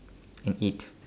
and eat